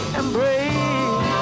embrace